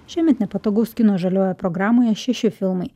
šiemet nepatogaus kino žaliojoje programoje šeši filmai